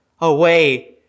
Away